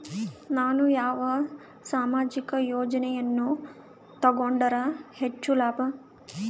ನಾನು ಯಾವ ಸಾಮಾಜಿಕ ಯೋಜನೆಯನ್ನು ತಗೊಂಡರ ಹೆಚ್ಚು ಲಾಭ?